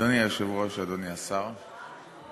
אדוני היושב-ראש, אדוני השר,